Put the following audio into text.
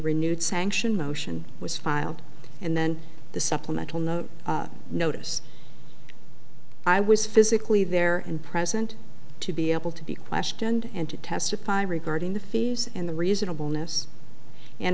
renewed sanction motion was filed and then the supplemental no notice i was physically there and present to be able to be questioned and to testify regarding the fees and the reasonableness and